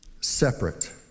separate